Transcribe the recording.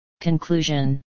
Conclusion